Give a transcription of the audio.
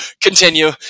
continue